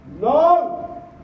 no